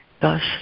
Thus